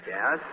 Yes